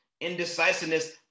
indecisiveness